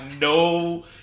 no